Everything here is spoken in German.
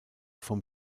vom